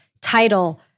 title